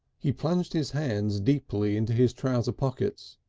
he plunged his hands deeply into his trowser pockets,